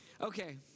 Okay